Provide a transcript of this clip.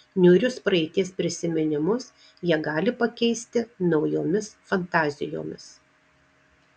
niūrius praeities prisiminimus jie gali pakeisti naujomis fantazijomis